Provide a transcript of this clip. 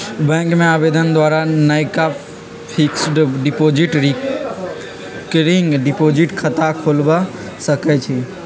bank में आवेदन द्वारा नयका फिक्स्ड डिपॉजिट, रिकरिंग डिपॉजिट खता खोलबा सकइ छी